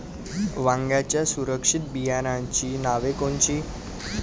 वांग्याच्या सुधारित बियाणांची नावे कोनची?